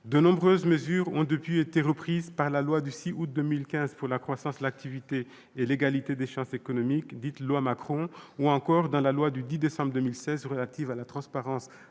de nombreuses mesures ont été reprises dans la loi du 6 août 2015 pour la croissance, l'activité et l'égalité des chances économiques, dite loi Macron, et dans la loi du 10 décembre 2016 relative à la transparence,